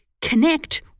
connect